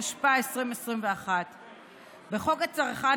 התשפ"א 2021. "בחוק הגנת הצרכן,